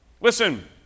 Listen